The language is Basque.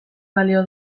balio